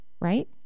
Right